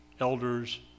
elders